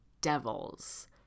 devils